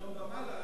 5 מיליונים ומעלה,